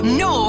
no